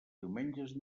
diumenges